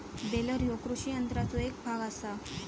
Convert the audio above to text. baler ह्यो कृषी यंत्राचो एक भाग आसा